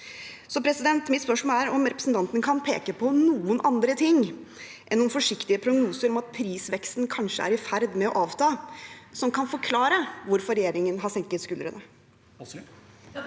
pengebruk. Mitt spørsmål er om representanten kan peke på noen andre ting enn noen forsiktige prognoser om at prisveksten kanskje er i ferd med å avta, som kan forklare hvorfor regjeringen har senket skuldrene.